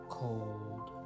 cold